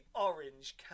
orange